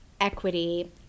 equity